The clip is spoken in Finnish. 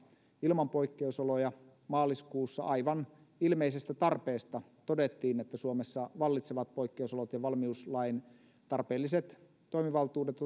ilman poikkeusoloja maaliskuussa aivan ilmeisestä tarpeesta todettiin että suomessa vallitsevat poikkeusolot ja valmiuslain tarpeelliset toimivaltuudet